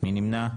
מי נמנע?